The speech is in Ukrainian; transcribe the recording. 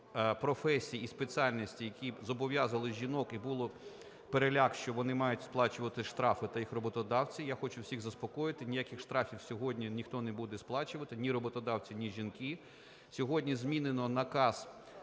професій і спеціальностей, які б зобов'язували жінок, і був переляк, що вони мають сплачувати штрафи та їх роботодавці. Я хочу всіх заспокоїти, ніяких штрафів сьогодні ніхто не буде сплачувати, ні роботодавці, ні жінки. Сьогодні змінено наказ